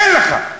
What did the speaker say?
אין לך.